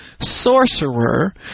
sorcerer